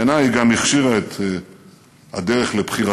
בעיני היא גם הכשירה את הדרך לבחירתו,